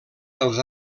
els